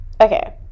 Okay